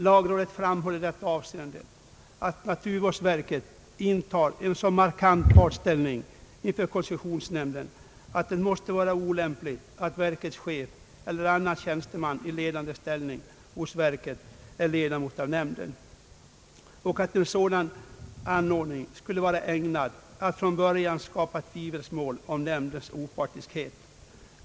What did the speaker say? Lagrådet framhåller i detta avseende att naturvårdsverket intar en så markant partställning inför koncessionsnämnden att det måste vara olämpligt att verkets chef eller annan tjänsteman i ledande ställning hos verket är ledamot av nämnden samt att en sådan anordning skulle vara ägnad att från början skapa tvivelsmål om nämndens opartiskhet.